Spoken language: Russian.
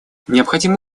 необходимо